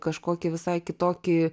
kažkokį visai kitokį